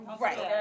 right